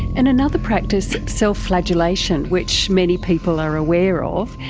and another practice, self-flagellation, which many people are aware of,